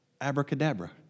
abracadabra